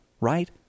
Right